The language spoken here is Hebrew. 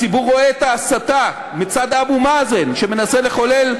הציבור רואה את ההסתה מצד אבו מאזן, שמנסה לחולל,